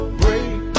break